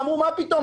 אמרו: מה פתאום?